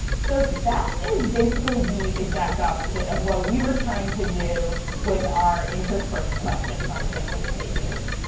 so that is basically the exact opposite of what we were trying to do with our interspersed questions on canvas pages.